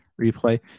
replay